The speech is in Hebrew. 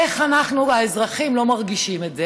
איך אנחנו, האזרחים, לא מרגישים את זה,